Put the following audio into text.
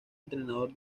entrenador